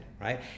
right